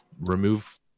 remove